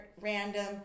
random